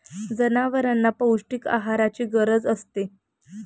जनावरांना पौष्टिक आहाराची गरज असते